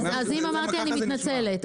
אם אמרתי, אני מתנצלת.